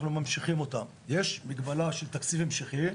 יש מגבלה של תקציבים המשכיים.